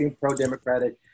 pro-democratic